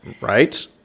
Right